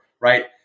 right